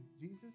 Jesus